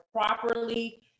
properly